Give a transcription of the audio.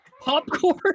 Popcorn